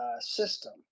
system